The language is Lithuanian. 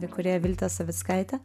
įkūrėja viltė savickaitė